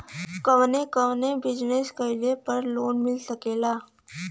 कवने कवने बिजनेस कइले पर लोन मिल सकेला?